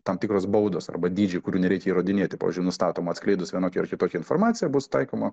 tam tikros baudos arba dydžiai kurių nereikia įrodinėti pavyzdžiui nustatoma atskleidus vienokią ar kitokią informaciją bus taikoma